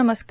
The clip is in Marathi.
नमस्कार